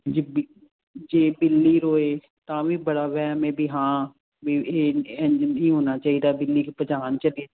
ਜੇ ਬਿੱਲੀ ਜੇ ਬਿੱਲੀ ਰੋਏ ਤਾਂ ਵੀ ਬੜਾ ਵਹਿਮ ਐ ਵੀ ਹਾਂ ਇੰਜ ਨਹੀਂ ਹੋਣਾ ਚਾਹੀਦਾ ਬਿੱਲੀ